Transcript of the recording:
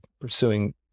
pursuing